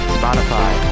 spotify